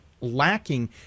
lacking